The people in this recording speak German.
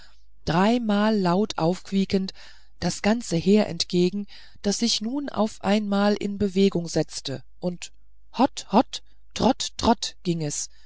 dreimal laut aufquiekend das ganze heer entgegen das sich nun auf einmal in bewegung setzte und hott hott trott trott ging es